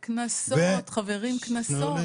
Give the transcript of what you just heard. וקנסות, חברים, קנסות.